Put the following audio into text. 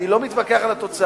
אני לא מתווכח על התוצאה.